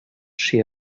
she